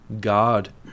God